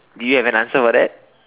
do you have an answer for that